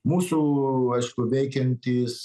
mūsų aišku veikiantys